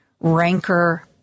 rancor